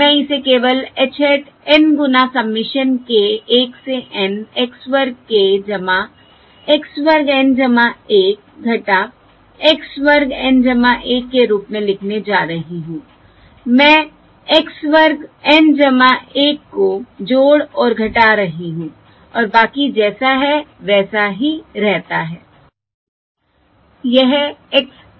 मैं इसे केवल h hat N गुना सबमिशन k 1 से N x वर्ग k x वर्ग N1 x वर्ग N 1 के रूप में लिखने जा रही हूँ मैं x वर्ग N 1 को जोड़ और घटा रही हूं और बाकी जैसा है वैसा ही रहता है